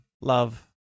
love